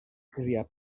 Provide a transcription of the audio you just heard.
cría